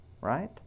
right